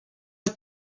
are